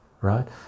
right